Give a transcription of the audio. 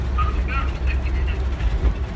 alder dorff seconded it. excellent.